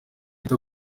wita